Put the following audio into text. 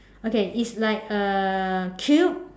okay it's like a cube